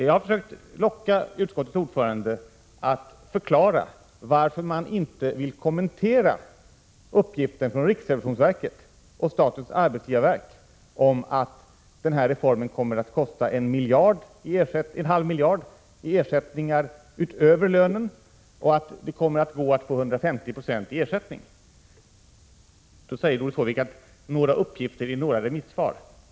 Jag har försökt locka utskottets ordförande att förklara varför man inte vill kommentera uppgifter från riksrevisionsverket och statens arbetsgivarverk om att denna reform kommer att kosta en halv miljard i ersättningar utöver lönen och att det kommer att gå att få 150 96 i ersättning. Doris Håvik säger att det rör sig om några uppgifter i några remissvar.